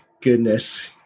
goodness